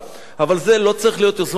אבל זאת לא צריכה להיות יוזמה מקומית של